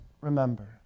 remember